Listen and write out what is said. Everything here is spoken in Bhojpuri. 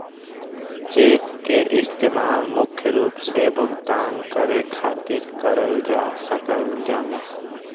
चेक क इस्तेमाल मुख्य रूप से भुगतान करे खातिर करल जा सकल जाला